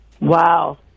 Wow